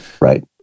right